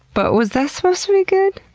but was that supposed to be good?